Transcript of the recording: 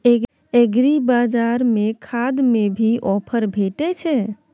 एग्रीबाजार में खाद में भी ऑफर भेटय छैय?